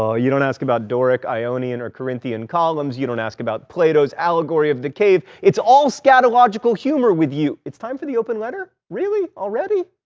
you don't ask about doric, ionian, or corinthian columns. you don't ask about plato's allegory of the cave. it's all scatological humor with you it's time for the open letter? really? already?